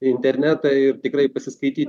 internetą ir tikrai pasiskaityt